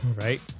right